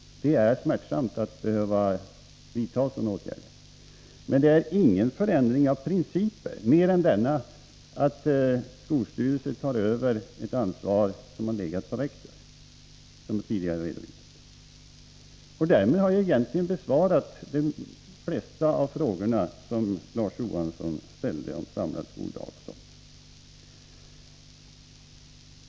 Det är smärtsamt att behöva vidta sådana åtgärder. Men det är inte någon förändring av principerna mer än detta att skolstyrelsen tar över ett ansvar som har legat på rektor. Därmed har jag egentligen besvarat de flesta frågor som Larz Johansson ställde om samlad skoldag och sådant.